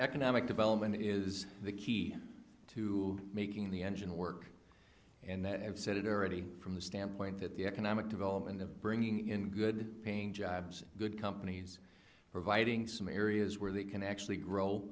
economic development is the key to making the engine work and that i've said it already from the standpoint that the economic development of bringing in good paying jobs good companies providing some areas where they can actually grow